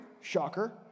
Shocker